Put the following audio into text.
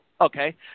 Okay